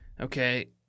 Okay